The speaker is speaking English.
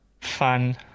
fun